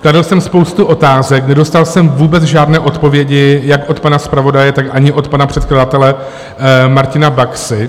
Kladl jsem spoustu otázek, nedostal jsem vůbec žádné odpovědi jak od pana zpravodaje, tak ani od pana předkladatele Martina Baxy.